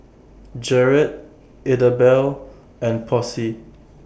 Jarrod Idabelle and Posey